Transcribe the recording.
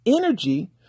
energy